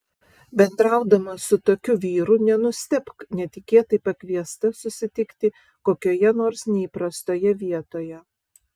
bendraudama su tokiu vyru nenustebk netikėtai pakviesta susitikti kokioje nors neįprastoje vietoje